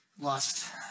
lost